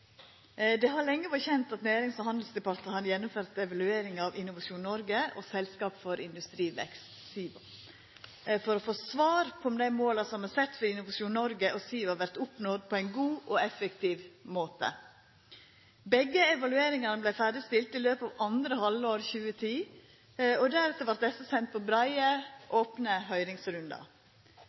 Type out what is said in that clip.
Det har lenge vore kjent at Nærings- og handelsdepartementet har gjennomført evalueringar av Innovasjon Norge og Selskap for industrivekst, SIVA, for å få svar på om dei måla som er sette for Innovasjon Norge og SIVA vert oppnådde på ein god og effektiv måte. Begge evalueringane vart ferdigstilte i løpet av andre halvår 2010, og deretter vart desse sende på breie, opne